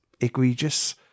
egregious